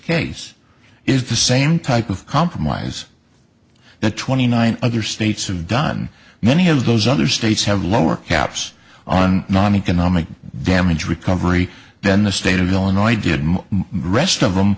case is the same type of compromise that twenty nine other states have done many of those other states have lower caps on non economic damage recovery than the state of illinois did rest of them